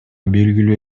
белгилүү